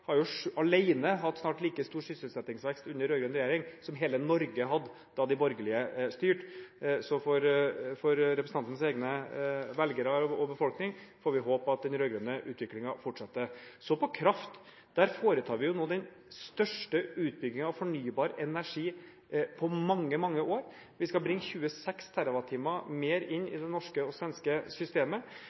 har alene snart hatt like stor sysselsettingsvekst under rød-grønn regjering som hele Norge hadde da de borgerlige styrte. For representantens egne velgere og for befolkningen får vi håpe at den rød-grønne utviklingen fortsetter. Når det gjelder kraft, foretar vi den største utbyggingen av fornybar energi på mange, mange år. Vi skal bringe 26 TWh mer inn i det norske og svenske systemet.